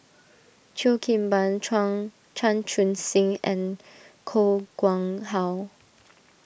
Cheo Kim Ban Chuan Chan Chun Sing and Koh Nguang How